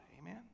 Amen